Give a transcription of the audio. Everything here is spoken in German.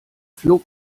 flog